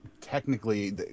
technically